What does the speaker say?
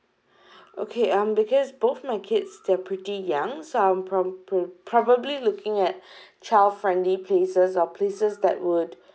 okay um because both my kids they're pretty young so I'm prob~ probably looking at child friendly places or places that would